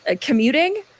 commuting